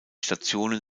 stationen